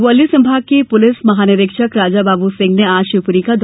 ग्वालियर संभाग के पुलिस महानिरीक्षक राजाबाब् सिंह ने आज शिवपुरी का दौरा किया